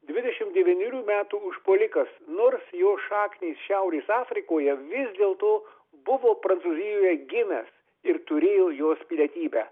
dvidešim devynerių metų užpuolikas nors jo šaknys šiaurės afrikoje vis dėlto buvo prancūzijoje gimęs ir turėjo jos pilietybę